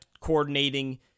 coordinating